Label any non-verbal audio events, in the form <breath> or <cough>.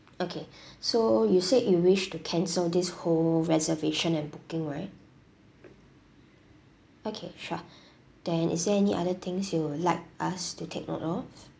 okay <breath> so you said you wish to cancel this whole reservation and booking right okay sure <breath> then is there any other things you would like us to take note of